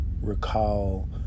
recall